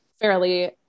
fairly